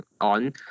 on